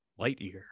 Lightyear